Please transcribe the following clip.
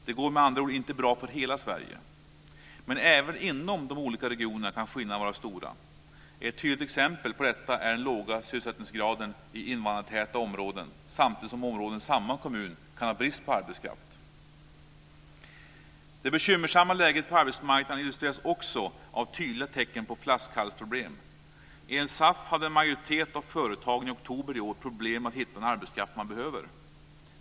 Det går med andra ord inte bra för hela Sverige. Men även inom de olika regionerna kan skillnaderna vara stora. Ett tydligt exempel på detta är den låga sysselsättningsgraden i invandrartäta områden samtidigt som områden i samma kommun kan ha brist på arbetskraft. Det bekymmersamma läget på arbetsmarknaden illustreras också av tydliga tecken på flaskhalsproblem. Enligt SAF hade en majoritet av företagen i oktober i år problem med att hitta den arbetskraft man behöver.